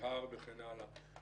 נזהר וכן הלאה?